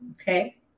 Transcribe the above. Okay